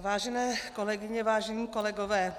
Vážené kolegyně, vážení kolegové,